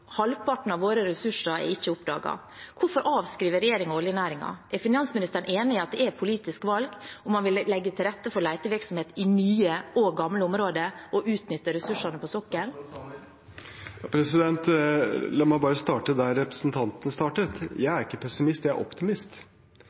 Halvparten av våre ressurser er ikke oppdaget. Hvorfor avskriver regjeringen oljenæringen? Er finansministeren enig i at det er et politisk valg om man vil legge til rette for letevirksomhet i nye og gamle områder og utnytte ressursene på sokkelen? La meg starte der representanten startet. Jeg er ikke pessimist. Jeg er optimist.